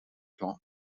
plans